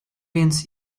więc